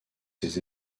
ses